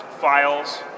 files